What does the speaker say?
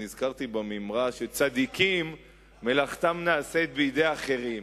ונזכרתי בממרה "צדיקים מלאכתם נעשית בידי אחרים".